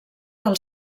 del